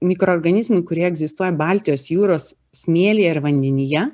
mikroorganizmai kurie egzistuoja baltijos jūros smėlyje ir vandenyje